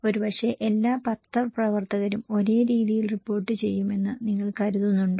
ഒരുപക്ഷേ എല്ലാ പത്രപ്രവർത്തകരും ഒരേ രീതിയിൽ റിപ്പോർട്ട് ചെയ്യുമെന്ന് നിങ്ങൾ കരുതുന്നുണ്ടോ